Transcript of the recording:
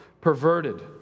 perverted